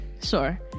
Sure